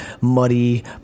muddy